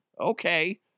Okay